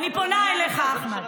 אני פונה אליך, אחמד,